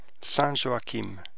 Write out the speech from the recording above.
Saint-Joachim